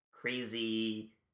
crazy